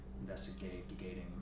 investigating